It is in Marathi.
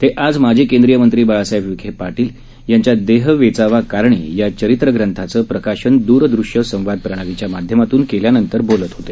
ते आज माजी केंद्रीय मंत्री बाळासाहेब विखे पाटील यांच्या देह वेचावा कारणी या चरित्र ग्रंथाचं प्रकाशन दुरदृश्य संवाद प्रणालीच्या माध्यमातून केल्यानंतर बोलत होते